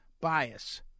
bias